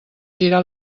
girar